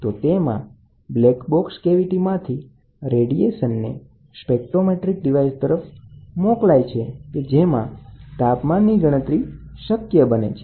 તેથી તે black box કેવીટીમાંથી રેડિયેશનને સ્પેક્ટ્રોમેટ્રિક ડિવાઇસમાં વહન કરવાનો પ્રયાસ કરે છે જે તાપમાનની ગણતરી કરે છે અને તમને જણાવી શકે છે